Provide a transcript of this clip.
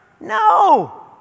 No